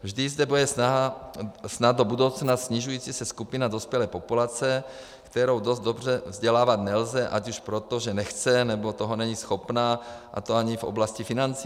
Vždy zde bude snad do budoucna se snižující skupina dospělé populace, kterou dost dobře vzdělávat nelze, ať už proto, že nechce, nebo toho není schopna, a to ani v oblasti financí.